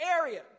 area